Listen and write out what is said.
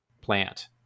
plant